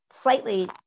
slightly